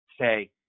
say